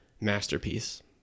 masterpiece